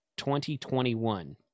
2021